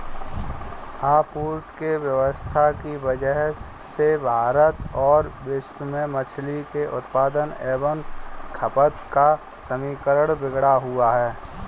आपूर्ति में अव्यवस्था की वजह से भारत और विश्व में मछली के उत्पादन एवं खपत का समीकरण बिगड़ा हुआ है